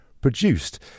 produced